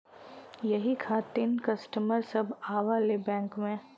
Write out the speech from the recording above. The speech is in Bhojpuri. यही खातिन कस्टमर सब आवा ले बैंक मे?